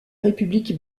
république